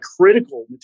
critical